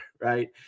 right